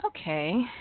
Okay